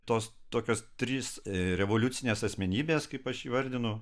tos tokios trys revoliucinės asmenybės kaip aš įvardinu